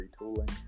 retooling